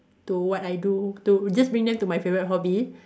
to what I do to just bring them to my favorite hobby